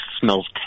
smells